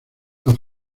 las